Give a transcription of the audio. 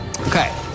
Okay